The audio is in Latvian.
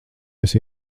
esi